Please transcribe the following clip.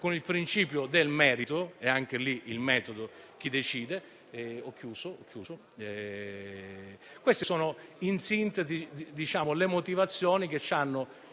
con il principio del merito (e, anche lì, il metodo: chi decide?). Queste sono in sintesi le motivazioni che ci hanno